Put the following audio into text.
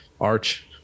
Arch